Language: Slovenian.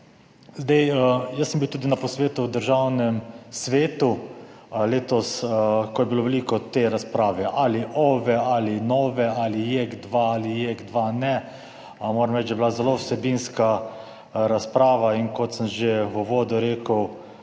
Jaz sem bil tudi na posvetu v Državnem svetu. Letos, ko je bilo veliko te razprave, ali OVE ali NOVE, ali JEK2 ali JEK2 ne, moram reči, da je bila zelo vsebinska razprava. Kot sem že v uvodu rekel,